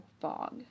fog